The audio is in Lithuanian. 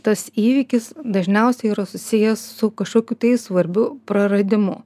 tas įvykis dažniausiai yra susijęs su kažkokiu tai svarbiu praradimu